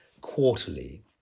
quarterly